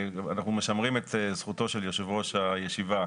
אנחנו משמרים את זכותו של יושב ראש הישיבה